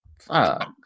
Fuck